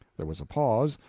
there was a pause,